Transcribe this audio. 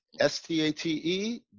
S-T-A-T-E